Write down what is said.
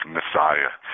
Messiah